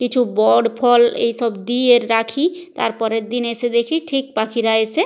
কিছু বট ফল এই সব দিয়ে রাখি তার পরের দিন এসে দেখি ঠিক পাখিরা এসে